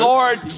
Lord